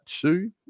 two